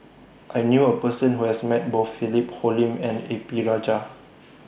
I knew A Person Who has Met Both Philip Hoalim and A P Rajah